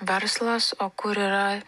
verslas o kur yra